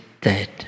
dead